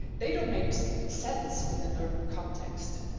they don't make so sense in an urban context.